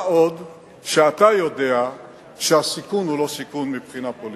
מה עוד שאתה יודע שהסיכון הוא לא סיכון מבחינה פוליטית.